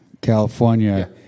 California